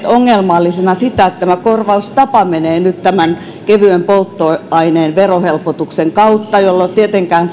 ongelmallisena sitä että tämä korvaustapa menee nyt kevyen polttoaineen verohelpotuksen kautta jolloin tietenkään